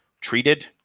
treated